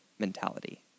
mentality